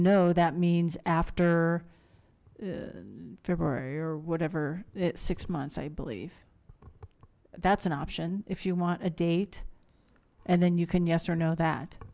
no that means after february or whatever it's six months i believe that's an option if you want a date and then you can yes or no that